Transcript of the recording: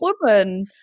woman